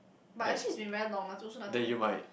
but actually it's been very normal also nothing happen